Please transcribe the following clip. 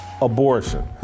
abortion